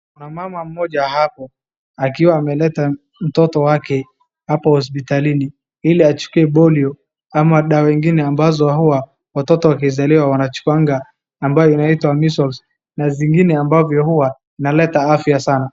Kuna mmama mmoja hapo akiwa amemleta mtoto wake hapo hospitalini ili achukue polio ama dawa ingine ambazo huwa watoto wakizaliwa wanachukuanga ambayo inaitwa measles na zingine ambavyo huwa inaleta afya sana.